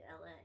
LA